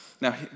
Now